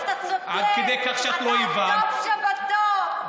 אתה צודק, אתה הטופ שבטופ.